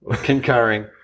Concurring